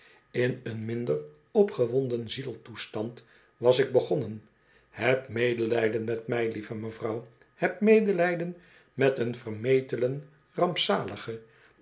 in een minder opgewonden zielstoestand was ik begonnen heb medelijden met mij lieve mevrouw heb medelijden met een vermet el en rampzalige